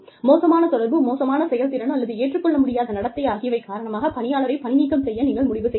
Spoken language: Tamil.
மோசமான தொடர்பு மோசமான செயல்திறன் அல்லது ஏற்றுக் கொள்ள முடியாத நடத்தை ஆகியவை காரணமாக பணியாளரை பணிநீக்கம் செய்ய நீங்கள் முடிவு செய்யலாம்